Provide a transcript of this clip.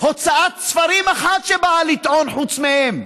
הוצאת ספרים אחת שבאה לטעון חוץ מהם,